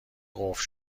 قفل